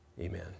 Amen